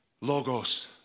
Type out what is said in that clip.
logos